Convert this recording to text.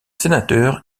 sénateur